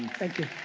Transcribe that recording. thank you.